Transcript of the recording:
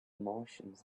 martians